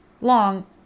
long